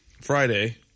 Friday